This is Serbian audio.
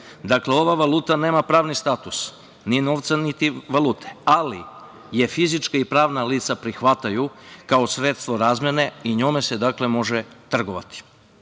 Dakle, ova valuta nema pravni status, ni novca, niti valute, ali je fizička i prana lica prihvataju kao sredstvo razmene i njome se dakle može trgovati.U